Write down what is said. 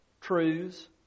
truths